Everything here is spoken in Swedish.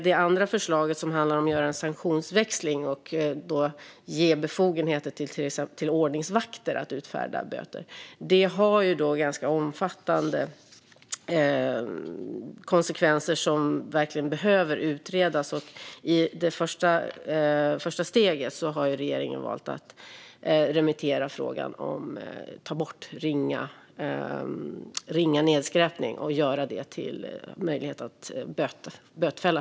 Det andra förslaget handlar om att göra en sanktionsväxling och ge befogenheter till exempelvis ordningsvakter att utfärda böter. Det innebär omfattande konsekvenser som verkligen behöver utredas. I första steget har regeringen valt att remittera frågan om att ta bort ringa nedskräpning och göra det möjligt att bötfälla.